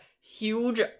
huge